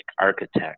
architect